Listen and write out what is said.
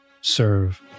serve